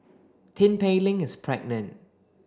Tin Pei Ling is pregnant